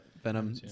Venom